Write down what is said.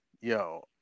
Yo